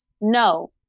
No